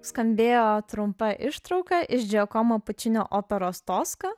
skambėjo trumpa ištrauka iš džiakomo pučinio operos toska